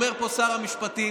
אומר פה שר המשפטים,